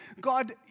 God